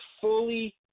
fully